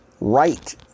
right